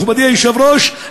מכובדי היושב-ראש,